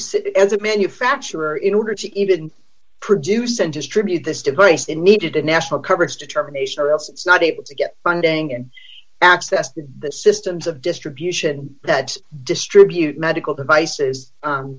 use it as a manufacturer in order to even produce and distribute this device they needed a national coverage determination or else d it's not able to get funding and access to the systems of distribution that distribute medical devices